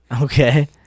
Okay